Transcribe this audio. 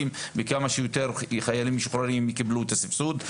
וכמה שיותר חיילים משוחררים יקבלו את הסבסוד.